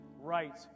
right